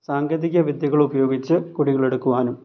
സാങ്കേതിക വിദ്യകളുപയോഗിച്ച് കുഴികളെടുക്കുവാനും